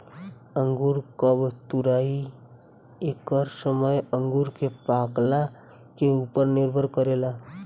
अंगूर कब तुराई एकर समय अंगूर के पाकला के उपर निर्भर करेला